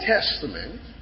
Testament